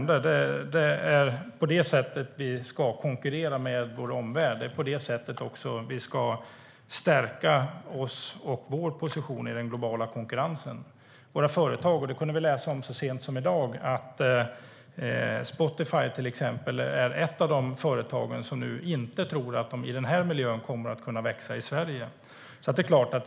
Det är på det sättet vi ska konkurrera med vår omvärld och stärka vår position i den globala konkurrensen. Så sent som i dag kunde vi läsa att Spotify är ett av de företag som inte tror att de kommer att kunna växa i den här miljön i Sverige.